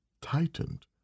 tightened